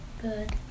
Good